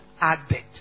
added